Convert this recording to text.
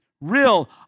real